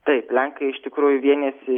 taip lenkai iš tikrųjų vienijasi